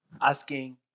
asking